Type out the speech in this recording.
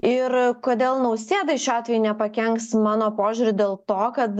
ir kodėl nausėdai šiuo atveju nepakenks mano požiūriu dėl to kad